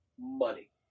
money